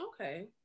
okay